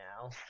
now